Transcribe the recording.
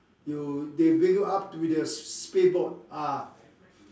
you they bring you up with your speed boat ah